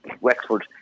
Wexford